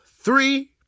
three